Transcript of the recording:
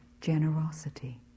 generosity